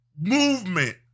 movement